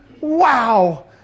Wow